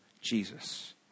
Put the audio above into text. Jesus